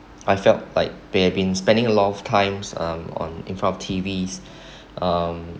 I felt like they have been spending a lot of times um on in front of T_Vs um